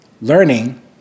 learning